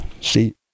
See